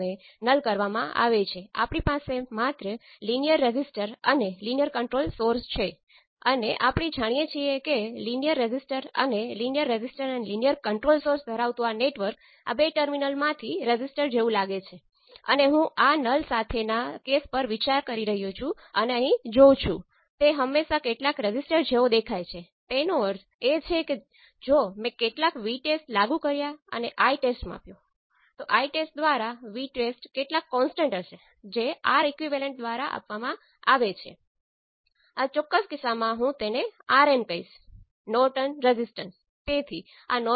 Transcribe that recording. તેથી તેમાંથી આપણે સરળતાથી જોઈ શકીએ છીએ કે Z11 એ V1 બાય I1 સાથે I2 ને 0 પર સેટ કરો અને તે જ રીતે Z21 એ V2 બાય I1 સાથે I2 ને 0 પર સેટ કરો